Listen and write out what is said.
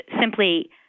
simply